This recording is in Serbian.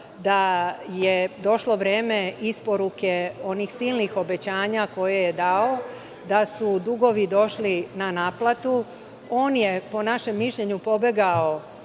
da je došlo vreme isporuke onih silnih obećanja koje je dao, da su dugovi došli na naplatu. On je, po našem mišljenju, pobegao